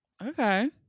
okay